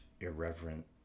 irreverent